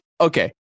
Okay